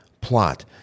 plot